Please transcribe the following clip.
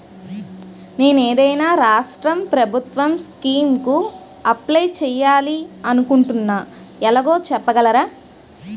నేను ఏదైనా రాష్ట్రం ప్రభుత్వం స్కీం కు అప్లై చేయాలి అనుకుంటున్నా ఎలాగో చెప్పగలరా?